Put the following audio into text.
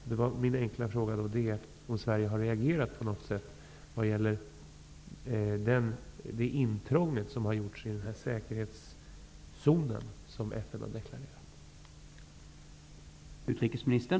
Har Sverige reagerat på något sätt över detta intrång i den av FN deklarerade säkerhetszonen?